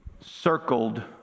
circled